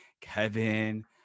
Kevin